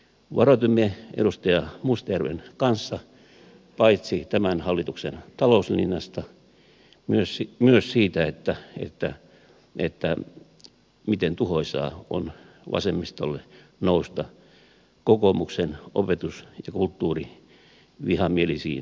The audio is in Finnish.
varoitimme edustaja mustajärven kanssa paitsi tämän hallituksen talouslinjasta myös siitä miten tuhoisaa on vasemmistolle nousta kokoomuksen opetus ja kulttuurivihamielisiin vaunuihin